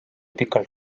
pikalt